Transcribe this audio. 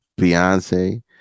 Beyonce